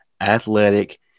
athletic